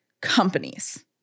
companies